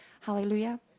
Hallelujah